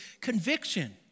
conviction